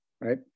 right